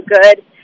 good